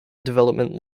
development